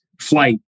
flight